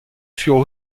furent